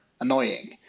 annoying